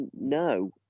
no